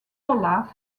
olaf